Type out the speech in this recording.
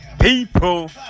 People